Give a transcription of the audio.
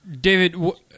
David